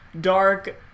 dark